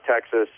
Texas